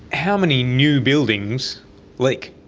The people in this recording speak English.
how many new buildings leak?